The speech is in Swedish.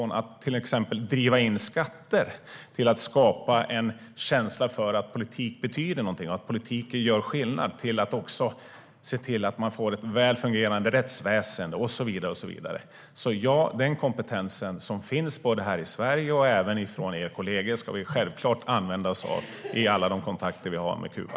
Det handlar om allt ifrån att driva in skatter till att skapa en känsla för att politik betyder någonting, att politik gör skillnad. Man måste också se till att man får ett väl fungerande rättsväsen och så vidare. Ja, den kompetens som finns både här i Sverige och hos er kollegor ska vi självklart använda oss av vid alla de kontakter som vi har med Kuba.